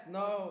no